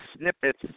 snippets